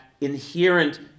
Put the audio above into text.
inherent